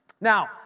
Now